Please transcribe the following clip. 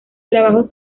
trabajos